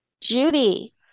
Judy